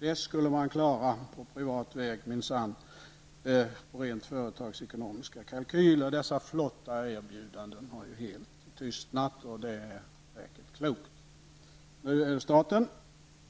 Det skulle man minsan klara på privat väg utifrån rent företagsekonomiska kalkyler. Dessa flotta erbjudanden har nu helt tystnat. Det är nog klokt. Nu är det de